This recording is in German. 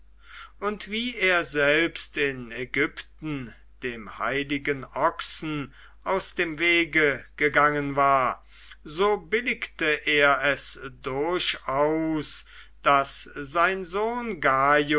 und wie er selbst in ägypten dem heiligen ochsen aus dem wege gegangen war so billigte er es durchaus daß sein sohn